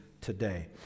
today